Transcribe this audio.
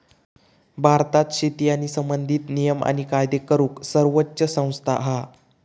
भारतात शेती संबंधित नियम आणि कायदे करूक सर्वोच्च संस्था हा